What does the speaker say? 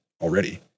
already